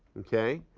okay?